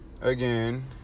again